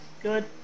good